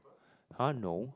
!huh! no